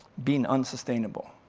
being unsustainable.